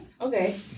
Okay